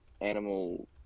animal